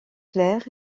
claire